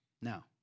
Now